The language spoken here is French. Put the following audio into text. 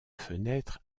fenêtres